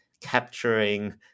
capturing